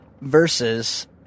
versus